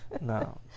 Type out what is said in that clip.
No